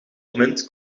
moment